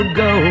go